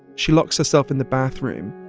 she locks herself in the bathroom.